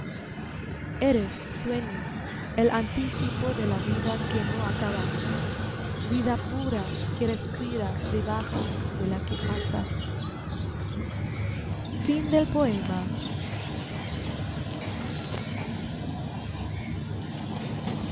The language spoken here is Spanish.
eres sueño el anticipo de la vida que no acaba vida pura que respira debajo de la que pasa